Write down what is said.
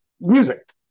music